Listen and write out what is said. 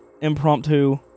impromptu